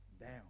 down